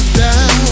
down